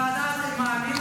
ועדה לאימאמים,